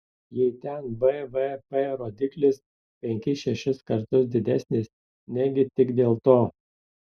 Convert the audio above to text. jei ten bvp rodiklis penkis šešis kartus didesnis negi tik dėl to